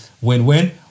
Win-win